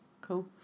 Cool